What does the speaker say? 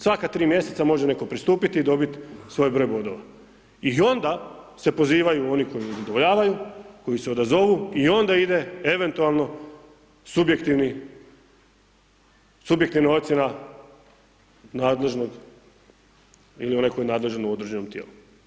Svaka tri mjeseca može netko pristupit i dobit svoj broj bodova i onda se pozivaju oni koji udovoljavaju, koji se odazovu i onda ide eventualno subjektivni, subjektivna ocjena nadležnog ili onaj tko je nadležan u određenom tijelu.